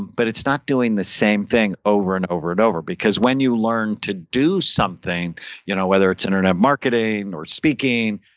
but it's not doing the same thing over, and over, and over because when you learn to do something you know whether it's internet marketing or speaking,